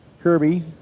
Kirby